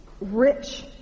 rich